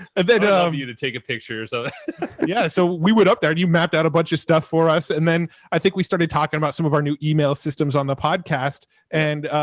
of and of you to take a picture. so yeah, so we went up there and you mapped out a bunch of stuff for us. and then i think we started talking about some of our new email systems on the podcast and,